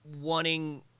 wanting